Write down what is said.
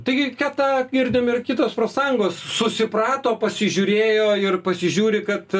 taigi kad tą girdim ir kitos profsąjungos susiprato pasižiūrėjo ir pasižiūri kad